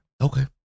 okay